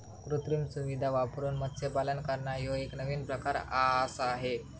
कृत्रिम सुविधां वापरून मत्स्यपालन करना ह्यो एक नवीन प्रकार आआसा हे